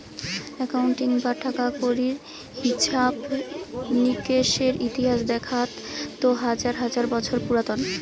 accounting বা টাকা কড়ির হিছাব নিকেসের ইতিহাস দেখাত তো হাজার হাজার বছর পুরাতন